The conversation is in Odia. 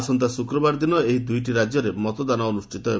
ଆସନ୍ତା ଶୁକ୍ରବାର ଦିନ ଏହି ଦୁଇଟି ରାଜ୍ୟରେ ମତଦାନ ଅନୁଷ୍ଠିତ ହେବ